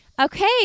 Okay